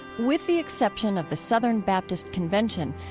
with the exception of the southern baptist convention,